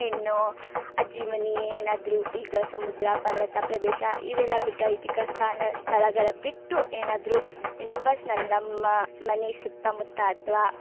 ಇನ್ನೂ ಅಜ್ಜಿ ಮನೆ ಏನಾದರು ಈಗ ಸಮುದ್ರ ಪರ್ವತ ಪ್ರದೇಶ ಇವೆಲ್ಲ ಬಿಟ್ಟು ಐತಿಕ ಸ್ಥಾನ ಸ್ಥಳಗಳ ಬಿಟ್ಟು ಏನಾದರು ಇನ್ನು ಪರ್ಸ್ನಲ್ ನಮ್ಮ ಮನೆ ಸುತ್ತಮುತ್ತ ಅಥ್ವಾ